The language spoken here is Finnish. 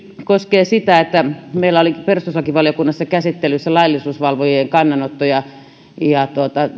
koskee sitä että meillä oli perustuslakivaliokunnassa käsittelyssä laillisuusvalvojien kannanotto ja ja